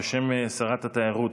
בשם שרת התיירות,